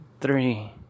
Three